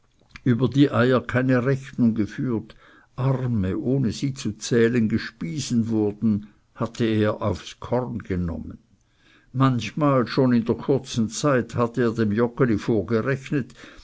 über die eier keine rechnung geführt arme ohne sie zu zählen gespiesen wurden hatte er aufs korn genommen manchmal schon in der kurzen zeit hatte er dem joggeli vorgerechnet